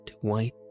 white